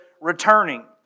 returning